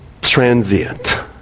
transient